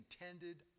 intended